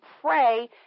pray